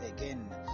again